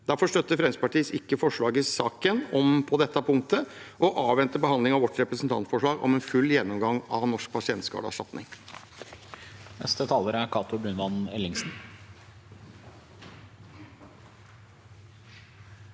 Derfor støtter ikke Fremskrittspartiet innstillingen i saken på dette punktet, og avventer behandlingen av vårt representantforslag om en full gjennomgang av Norsk pasientskadeerstatning.